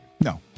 No